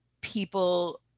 people